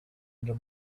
under